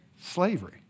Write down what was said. slavery